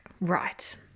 right